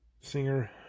singer